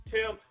Tim